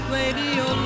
Radio